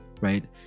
Right